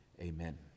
Amen